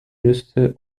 nüsse